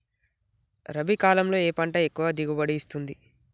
రబీ కాలంలో ఏ పంట ఎక్కువ దిగుబడి ఇస్తుంది?